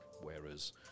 whereas